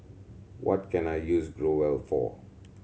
what can I use Growell for